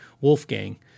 Wolfgang